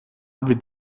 бид